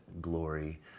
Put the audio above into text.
glory